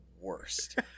worst